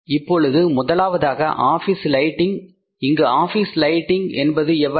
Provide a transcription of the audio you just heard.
இப்பொழுது முதலாவதாக office lighting இங்கு ஆஃபீஸ் லைட்டிங் என்பது எவ்வளவு